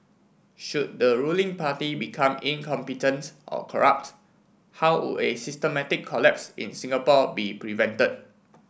should the ruling party become incompetent or corrupt how would a systematic collapse in Singapore be prevented